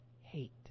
hate